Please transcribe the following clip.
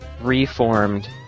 reformed